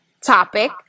topic